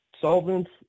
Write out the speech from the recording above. solvents